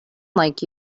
like